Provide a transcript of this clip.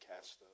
cast